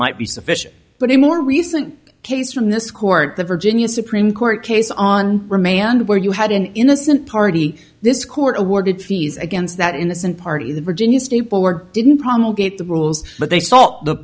might be sufficient but in more recent case from this court the virginia supreme court case on remand where you had an innocent party this court awarded fees against that innocent party the virginia state board didn't promulgated the rules but they salt the